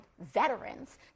veterans